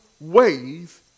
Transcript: ways